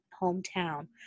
hometown